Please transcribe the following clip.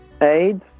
aids